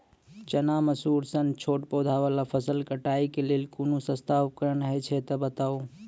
चना, मसूर सन छोट पौधा वाला फसल कटाई के लेल कूनू सस्ता उपकरण हे छै तऽ बताऊ?